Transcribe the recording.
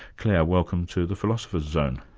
clare, welcome to the philosopher's zone.